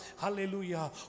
hallelujah